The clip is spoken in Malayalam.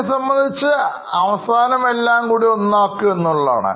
എന്നെ സംബന്ധിച്ച് അവസാനം എല്ലാം കൂടിഒന്നാക്കുക എന്നുള്ളതാണ്